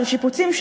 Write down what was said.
של שיפוצים,